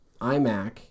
iMac